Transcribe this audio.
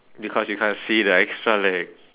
because you can't see the extra leg